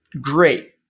great